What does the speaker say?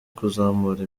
kuzamura